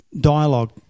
dialogue